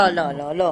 לא, לא, לא.